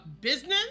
business